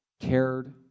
cared